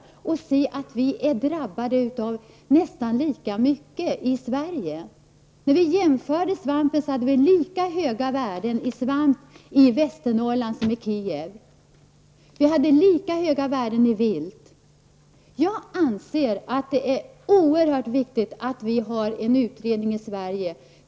Jag har då sett att vi i Sverige är drabbade av nästan lika mycket radioaktiv strålning. När vi jämförde svampen visade det sig att värdena var lika höga i svamp i Västernorrland som i Kiev. Vi hade lika höga värden i vilt. Jag anser att det är oerhört viktigt att vi tillsätter en utredning i Sverige.